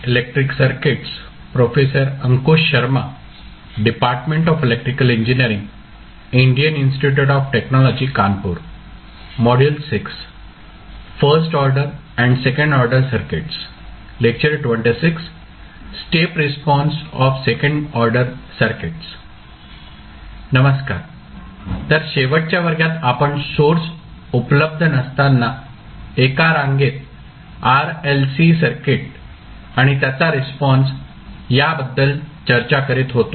नमस्कार तर शेवटच्या वर्गात आपण सोर्स उपलब्ध नसताना एका रांगेत RLC सर्किट आणि त्याचा रिस्पॉन्स याबद्दल चर्चा करीत होतो